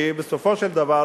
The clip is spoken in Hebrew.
כי בסופו של דבר,